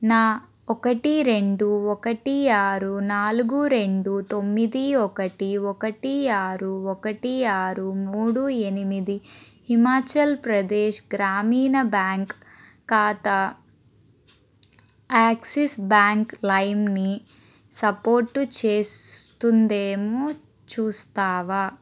నా ఒకటి రెండు ఒకటి ఆరు నాలుగు రెండు తొమ్మిది ఒకటి ఒకటి ఆరు ఒకటి ఆరు మూడు ఎనిమిది హిమాచల్ ప్రదేశ్ గ్రామీణ బ్యాంక్ ఖాతా యాక్సిస్ బ్యాంక్ లైమ్ని సపోర్టు చేస్తుందేమో చూస్తావా